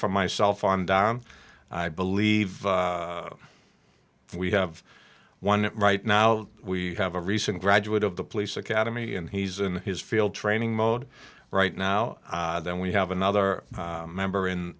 for myself on down i believe we have one right now we have a recent graduate of the police academy and he's in his field training mode right now then we have another member in